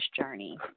journey